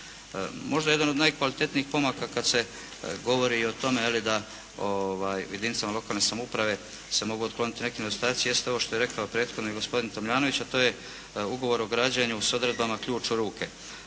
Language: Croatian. Možda jedan od najkvalitetnijih pomaka kad se govori i o tome da jedinicama lokalne samouprave se mogu otkloniti neki nedostaci jest ovo što je rekao prethodnik gospodin Tomljanović a to je ugovor o građenju s odredbama ključ u ruke.